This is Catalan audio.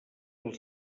dels